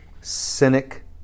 cynic